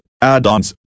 add-ons